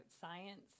science